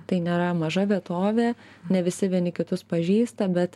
tai nėra maža vietovė ne visi vieni kitus pažįsta bet